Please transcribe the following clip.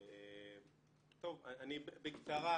(שקף: מבחני המיצ"ב